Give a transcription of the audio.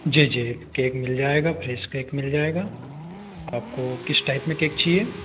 जी जी केक मिल जाएगा फ्रेश कैक मिल जाएगा आपको किस टाइप में केक चाहिए